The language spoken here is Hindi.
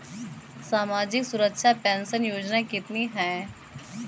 सामाजिक सुरक्षा पेंशन योजना कितनी हैं?